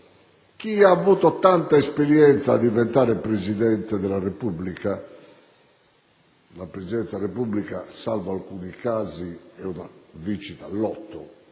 avesse avuto una esperienza tale da diventare Presidente della Repubblica. La Presidenza della Repubblica, salvo alcuni casi, è una vincita al lotto,